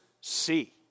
see